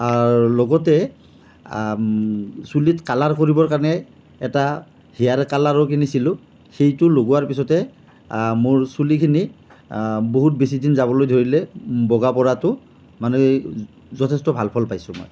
আৰু লগতে চুলিত কালাৰ কৰিবৰ কাৰণে এটা হেয়াৰ কালাৰো কিনিছিলোঁ সেইটো লগোৱাৰ পিছতে মোৰ চুলিখিনি বহুত বেছি দিন যাবলৈ ধৰিলে বগা পৰাটো মানে যথেষ্ট ভাল ফল পাইছোঁ মই